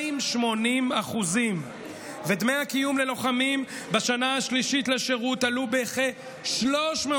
בכ-280%; דמי הקיום ללוחמים בשנה השלישית לשירות עלו בכ-370%.